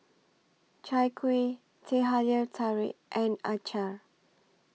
Chai Kuih Teh Halia Tarik and Acar